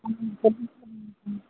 ஆமாம்ங்க